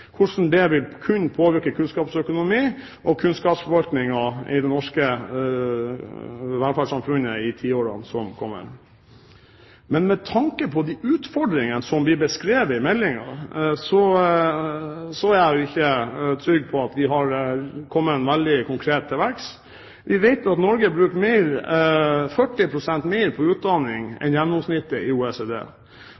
hvordan det vil kunne påvirke kunnskapsøkonomien og kunnskapsforvaltningen i det norske velferdssamfunnet i tiårene som kommer. Men med tanke på de utfordringene som blir beskrevet i meldingen, er jeg ikke trygg på at vi har gått veldig konkret til verks. Vi vet at Norge bruker 40 pst. mer på utdanning